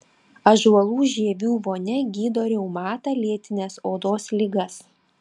ąžuolų žievių vonia gydo reumatą lėtines odos ligas